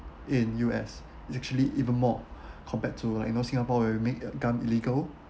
in U_S it's actually even more compared to like you know singapore where we make uh gun illegal